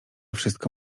wszystko